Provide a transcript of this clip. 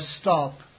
stop